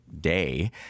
day